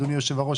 אדוני היושב ראש,